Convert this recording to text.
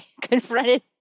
confronted